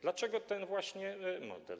Dlaczego ten właśnie model?